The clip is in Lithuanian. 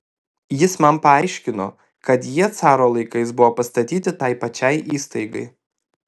jis man paaiškino kad jie caro laikais buvo pastatyti tai pačiai įstaigai